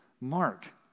Mark